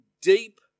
deep